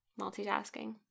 multitasking